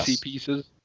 pieces